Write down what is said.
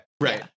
Right